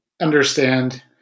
understand